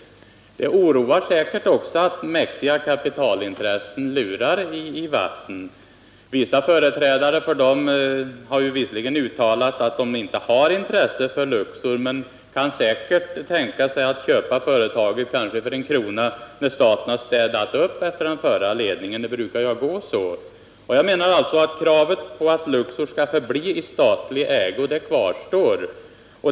Det oroar säkert också att mäktiga kapitalintressen lurar i vassen. Vissa företrädare för dem har visserligen uttalat att de inte har intresse för Luxor, men de kan säkert tänka sig att köpa företaget, kanske för en krona, när staten har städat upp efter den förra ledningen. Det brukar ju gå så. Jag anser alltså att kravet på att Luxor skall förbli i statlig ägo kvarstår.